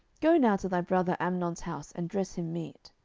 go now to thy brother amnon's house, and dress him meat.